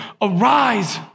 Arise